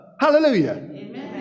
Hallelujah